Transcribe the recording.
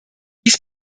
dies